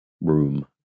room